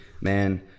Man